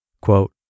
Quote